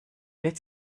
lit